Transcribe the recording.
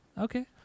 Okay